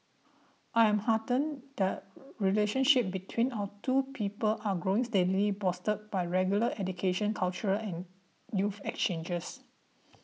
I am heartened the relationship between our two peoples are growing steadily bolstered by regular educational cultural and youth exchanges